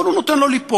אבל הוא נותן לו ליפול